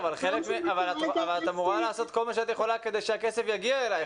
אבל את אמורה לעשות כל מה שאת יכולה כדי שהכסף יגיע אליך.